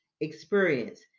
experience